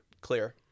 Clear